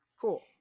cool